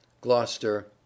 Gloucester